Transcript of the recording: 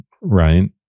Right